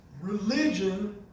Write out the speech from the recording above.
Religion